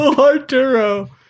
Arturo